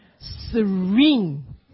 serene